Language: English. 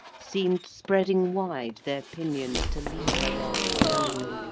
seem'd spreading wide their pinions to leave her there alone.